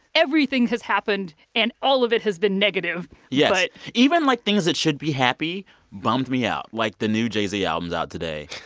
everything has happened, and all of it has been negative yes but. even, like, things that should be happy bummed me out. like the new jay-z album's out today.